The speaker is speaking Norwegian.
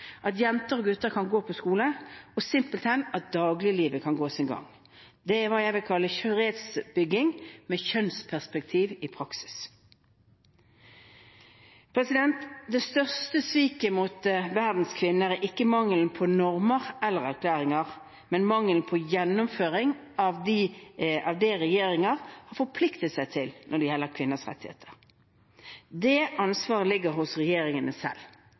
at jenter og gutter kan gå på skole, og simpelthen at dagliglivet kan gå sin gang. Det er hva jeg vil kalle fredsbygging med kjønnsperspektiv i praksis. Det største sviket mot verdens kvinner er ikke mangelen på normer eller erklæringer, men mangelen på gjennomføring av det regjeringer forplikter seg til når det gjelder kvinners rettigheter. Det ansvaret ligger hos regjeringene selv.